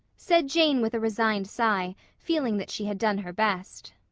said jane with a resigned sigh, feeling that she had done her best.